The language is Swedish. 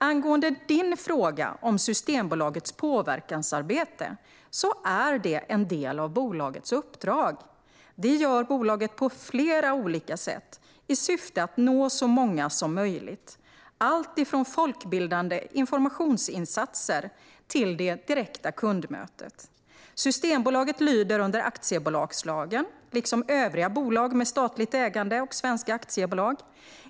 Angående Maria Malmer Stenergards fråga om Systembolagets påverkansarbete är det en del av bolagets uppdrag. Det gör bolaget på flera olika sätt i syfte att nå så många som möjligt. Det handlar om allt från folkbildande informationsinsatser till det direkta kundmötet. Systembolaget lyder under aktiebolagslagen, liksom övriga bolag med statligt ägande och svenska aktiebolag.